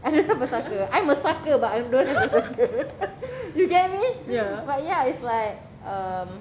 I don't have a saka I'm a sucker but I don't have a saka you get me but ya it's like um